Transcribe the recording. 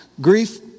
Grief